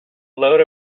load